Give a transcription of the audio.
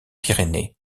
pyrénées